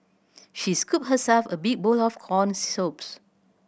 she scooped herself a big bowl of corn soups